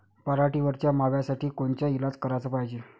पराटीवरच्या माव्यासाठी कोनचे इलाज कराच पायजे?